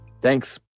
Thanks